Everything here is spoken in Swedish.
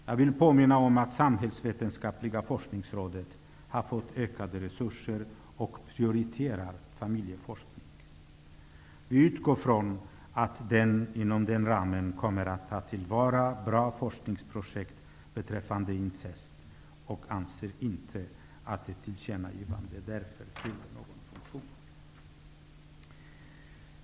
Jag vill påminna om att Samhällsvetenskapliga forskningsrådet har fått ökade resurser och prioriterar familjeforskning. Vi utgår från att man inom den ramen kommer att ta till vara bra forskningsprojekt beträffande incest och anser därför inte att ett tillkännagivande fyller någon funktion.